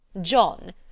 John